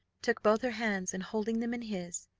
took both her hands, and holding them in his,